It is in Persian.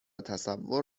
تصور